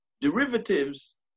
Derivatives